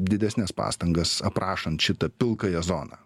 didesnes pastangas aprašan šitą pilkąją zoną